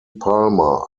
palmer